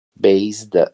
based